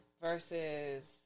versus